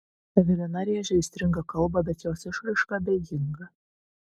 evelina rėžia aistringą kalbą bet jos išraiška abejinga